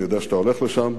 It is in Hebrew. אני יודע שאתה הולך לשם,